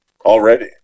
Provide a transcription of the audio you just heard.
Already